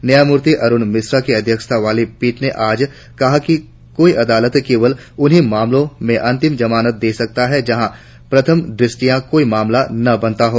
न्यायमूर्ति अरुण मिश्रा की अध्यक्षता वाली पीठ ने आज कहा कि कोई अदालत केवल उन्हीं मामलों में अंतरिम जमानत दे सकती है जहां प्रथम दृष्टया कोई मामला न बनता हो